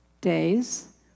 days